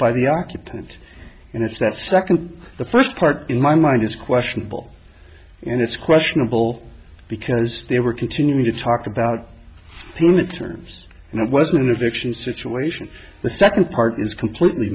by the occupant and if that second the first part in my mind is questionable and it's questionable because they were continuing to talk about payment terms and it was an addiction situation the second part is completely